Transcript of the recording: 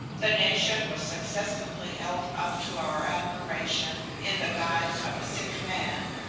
the nation was successively held up to our admiration in the guise of a sick man,